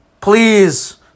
Please